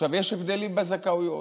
עכשיו, יש הבדלים בזכאויות.